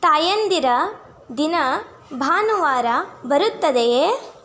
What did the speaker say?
ತಾಯಂದಿರ ದಿನ ಭಾನುವಾರ ಬರುತ್ತದೆಯೇ